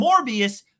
Morbius